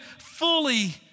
fully